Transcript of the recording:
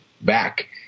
back